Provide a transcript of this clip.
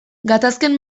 gatazken